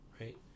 right